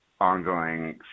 ongoing